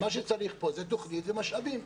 מה שצריך פה הוא תוכנית ומשאבים,